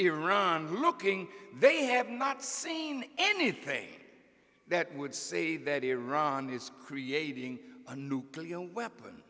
who looking they have not seen anything that would say that iran is creating a nuclear weapon